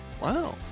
Wow